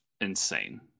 insane